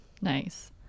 nice